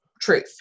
truth